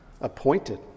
Appointed